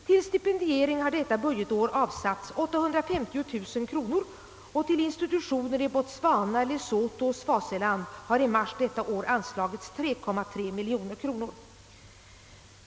Till stipendiering har detta budgetår avsatts 850 000 kronor och till institutioner i Botswana, Lesotho och Swaziland har i mars detta år anslagits 3,3 miljoner kronor.